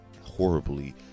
horribly